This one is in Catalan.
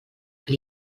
que